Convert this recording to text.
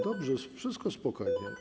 Dobrze, wszystko na spokojnie.